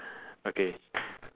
okay